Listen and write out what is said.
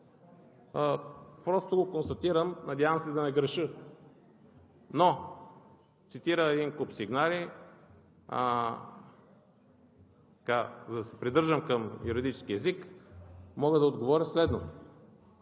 просто го констатирам, надявам се да не греша, но цитира един куп сигнали. За да се придържам към юридическия език, мога да отговоря следното: